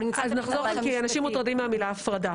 אנשים מוטרדים המילה הפרדה.